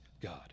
God